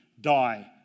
die